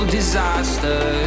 disaster